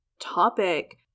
topic